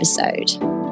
episode